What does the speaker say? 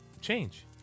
change